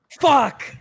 Fuck